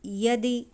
यदि